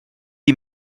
die